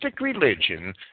religion